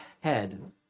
head